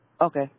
Okay